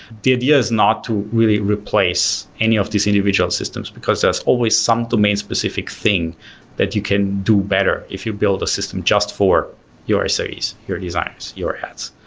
the idea is not to really replace any of these individual systems, because there's always some domain-specific thing that you can do better if you build a system just for your sres, your designs, your ads.